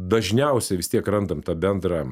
dažniausiai vis tiek randam bendrą